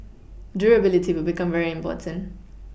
durability will become very important